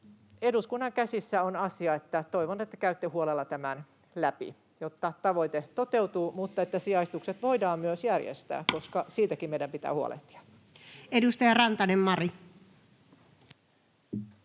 eduskunnan käsissä on asia. Toivon, että käytte huolella tämän läpi, jotta tavoite toteutuu mutta sijaistukset voidaan myös järjestää, koska siitäkin meidän pitää huolehtia. [Speech 112]